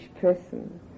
person